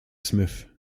smith